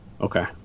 Okay